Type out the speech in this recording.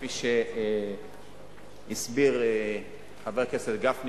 כפי שהסביר חבר הכנסת גפני,